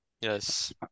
yes